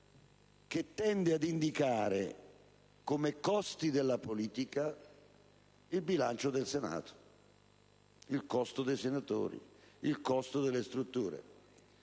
che tende ad indicare come costi della politica il bilancio del Senato, il costo dei senatori, il costo delle strutture.